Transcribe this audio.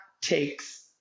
takes